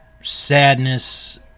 sadness